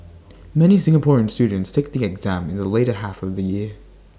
many Singaporean students take the exam in the later half of the year